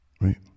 Right